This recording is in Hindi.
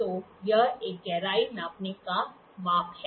तो यह एक गहराई नापने का माप है